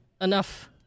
Enough